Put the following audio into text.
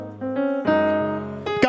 God